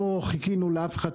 לא בחודשים.